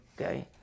Okay